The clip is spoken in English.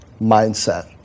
mindset